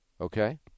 Okay